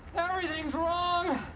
everything's wrong.